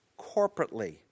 corporately